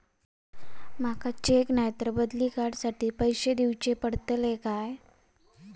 माका चेक नाय तर बदली कार्ड साठी पैसे दीवचे पडतले काय?